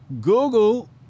Google